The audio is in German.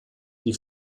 die